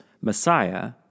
Messiah